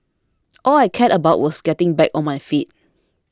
all I cared about was getting back on my feet